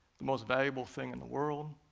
the most valuable thing in the world,